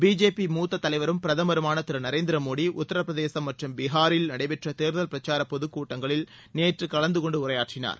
BJP மூத்த தலைவரும் பிரதமருமான திரு நரேந்திரமோடி உத்தரப்பிரதேசம் மற்றும் பீஹாரில் நடைபெற்ற தேர்தல் பிரச்சார பொதுக்கூட்டங்களில் நேற்று கலந்துகொண்டு உரையாற்றினார்